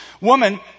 Woman